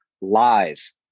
lies